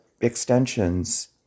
extensions